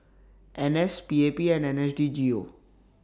N S P A P and N S D G O